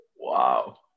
Wow